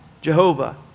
Jehovah